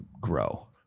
grow